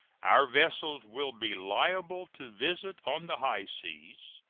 our vessels will be liable to visit on the high seas.